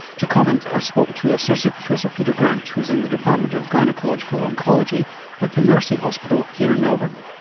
to comment, i spoke to associate professor peter grant, who's in the department of gynaecological oncology at the mercy hospital here in melbourne.